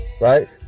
Right